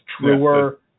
truer